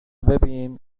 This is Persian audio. ببین